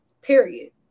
period